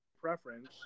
preference